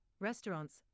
restaurants